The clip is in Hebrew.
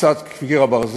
תפיסת "קיר הברזל",